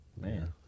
Man